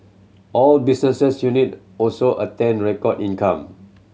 all unit also attained record income